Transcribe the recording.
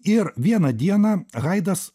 ir vieną dieną haidas